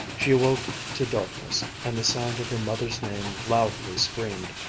she awoke to darkness and the sound of her mother's name loudly screamed.